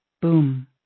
boom